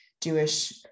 Jewish